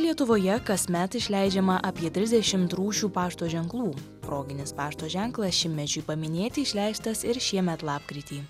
lietuvoje kasmet išleidžiama apie trisdešimt rūšių pašto ženklų proginis pašto ženklas šimtmečiui paminėti išleistas ir šiemet lapkritį